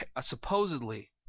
Supposedly